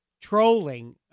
trolling